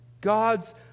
God's